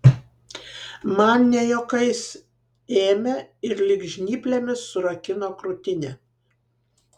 man ne juokais ėmė ir lyg žnyplėmis surakino krūtinę